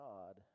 God